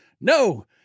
no